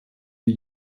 die